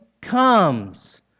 comes